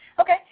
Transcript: Okay